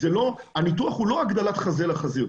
הניתוח הוא לא הגדלת חזה לחזיר,